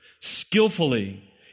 skillfully